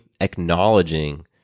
acknowledging